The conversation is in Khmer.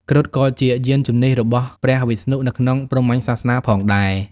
គ្រុឌក៏ជាយានជំនិះរបស់ព្រះវិស្ណុនៅក្នុងព្រហ្មញ្ញសាសនាផងដែរ។